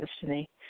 destiny